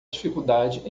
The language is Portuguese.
dificuldade